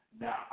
Now